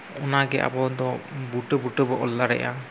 ᱚᱱᱟᱜᱮ ᱟᱵᱚᱫᱚ ᱵᱩᱴᱟᱹᱼᱵᱩᱴᱟᱹ ᱵᱚᱱ ᱚᱞ ᱫᱟᱲᱮᱭᱟᱜᱼᱟ